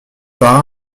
part